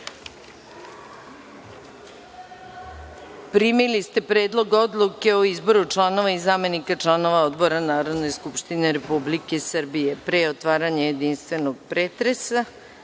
ste Predlog odluke o izboru članova zamenika članova odbora Narodne skupštine Republike Srbije. Pre otvaranja jedinstvenog pretresa,